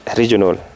regional